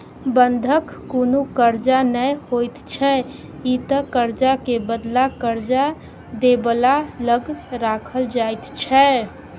बंधक कुनु कर्जा नै होइत छै ई त कर्जा के बदला कर्जा दे बला लग राखल जाइत छै